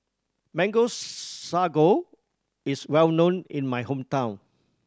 mango sago is well known in my hometown